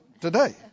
today